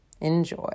Enjoy